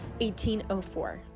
1804